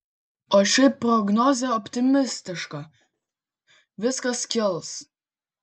o šiaip prognozė optimistiška viskas kils